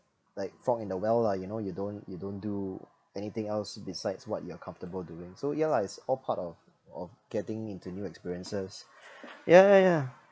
like frog in the well lah you know you don't you don't do anything else besides what you are comfortable doing so ya lah it's all part of of getting into new experiences yeah yeah yeah